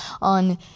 on